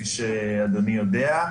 שאדוני יודע.